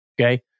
okay